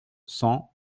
cent